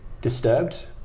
disturbed